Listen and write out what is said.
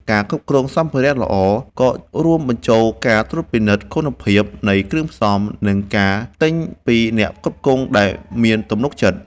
ការគ្រប់គ្រងសំភារៈល្អ ក៏រួមបញ្ចូលការត្រួតពិនិត្យគុណភាពនៃគ្រឿងផ្សំ និងការទិញពីអ្នកផ្គត់ផ្គង់ដែលមានទំនុកចិត្ត។